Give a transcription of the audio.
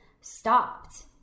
stopped